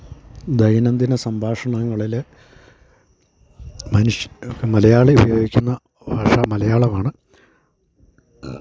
ദൈനം ദിന സംഭാഷണങ്ങളിത മലയാളി ഉപയോഗിക്കുന്ന ഭാഷ മലയാളമാണ്